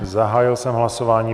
Zahájil jsem hlasování.